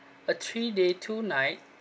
a three day two night